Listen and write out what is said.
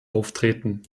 auftreten